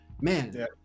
Man